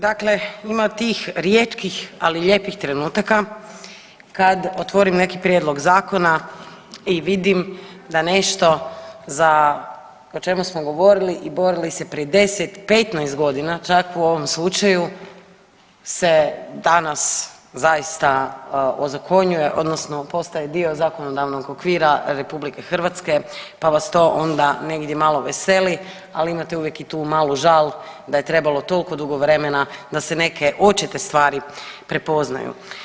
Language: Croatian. Dakle, ima tih rijetkih ali lijepih trenutaka kad otvorim neki prijedlog zakona i vidim da nešto o čemu smo govorili i borili se prije 10, 15 godina čak u ovom slučaju se danas zaista ozakonjuje, odnosno postaje dio zakonodavnog odnosno postaje dio zakonodavnog okvira RH pa vas to onda negdje malo veseli, ali imate uvijek i tu malu žal da je trebalo toliko dugo vremena da se neke očite stvari prepoznaju.